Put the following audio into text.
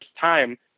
time